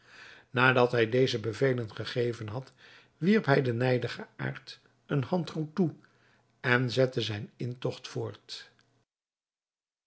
nadat hij deze bevelen gegeven had wierp hij den nijdigaard een handgroet toe en zette zijn intogt voort